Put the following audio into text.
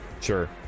Sure